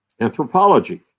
anthropology